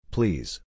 Please